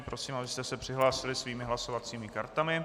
Prosím, abyste se přihlásili svými hlasovacími kartami.